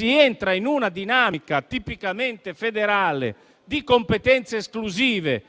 entrando in una dinamica tipicamente federale di competenze esclusive